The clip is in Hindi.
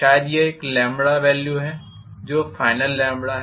शायद यह एक वेल्यू है जो फाइनल है